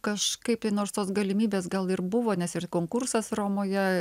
kažkaip tai nors tos galimybės gal ir buvo nes ir konkursas romoje